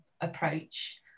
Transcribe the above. approach